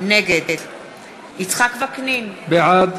נגד יצחק וקנין, בעד